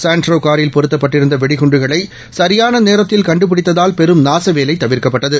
Santro காரில் பொருத்தப்பட்டிருந்த வெடிகுண்டுகளை சியான நேத்தில் கண்டுபிடித்ததால் பெரும் நாசவேலை தவிர்க்கப்பட்டது